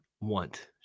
want